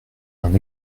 d’un